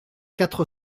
quatre